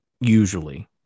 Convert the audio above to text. usually